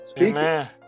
Amen